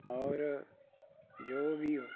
ਔਰ ਜੋ ਵੀ